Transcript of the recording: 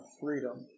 freedom